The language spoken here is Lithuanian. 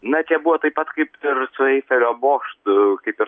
na čia buvo taip pat kaip ir su eifelio bokštu kaip ir